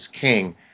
king